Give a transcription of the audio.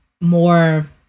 more